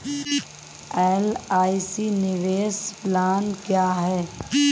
LIC निवेश plan क्या है?